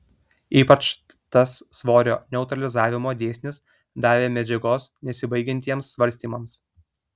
ypač tas svorio neutralizavimo dėsnis davė medžiagos nesibaigiantiems svarstymams